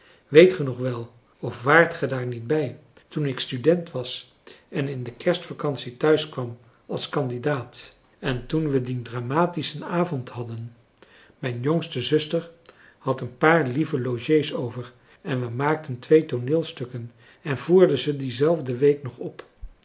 weet ge nog wel of waart ge daar niet bij toen ik student was en in de kerstvakantie thuis kwam als candidaat en toen we dien dramatischen avond hadden mijn jongste zuster had een paar lieve logées over en we maakten twee tooneelstukken en voerden ze diezelfde week nog op